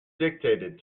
dictated